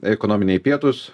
ekonominiai pietūs